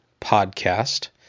Podcast